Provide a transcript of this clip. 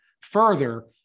further